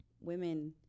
women